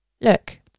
Look